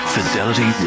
Fidelity